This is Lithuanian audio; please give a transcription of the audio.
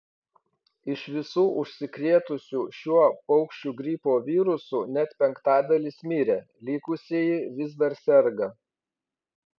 iš visų užsikrėtusių šiuo paukščių gripo virusu net penktadalis mirė likusieji vis dar serga